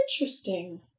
Interesting